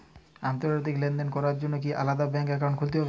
আন্তর্জাতিক লেনদেন করার জন্য কি আলাদা ব্যাংক অ্যাকাউন্ট খুলতে হবে?